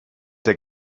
der